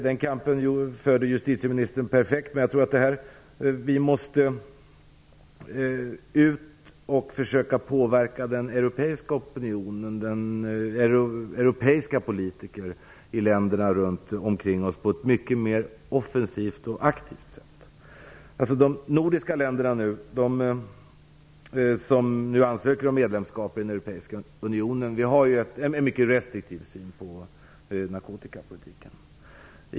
Den kampen förde justitieministern perfekt, men jag tror att vi måste ut och försöka påverka den europeiska opinionen och europeiska politiker i länderna runt omkring oss på ett mycket mer offensivt och aktivt sätt. De nordiska länder som nu ansöker om medlemskap i den europeiska unionen har en mycket restriktiv syn på narkotikapolitiken.